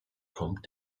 kommt